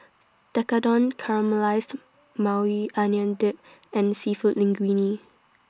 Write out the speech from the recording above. Tekkadon Caramelized Maui Onion Dip and Seafood Linguine